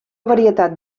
varietat